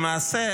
למעשה,